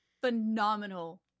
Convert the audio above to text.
phenomenal